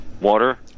water